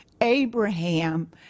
Abraham